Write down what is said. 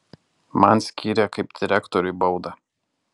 man skyrė kaip direktoriui baudą